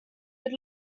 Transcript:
mit